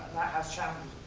has challenges,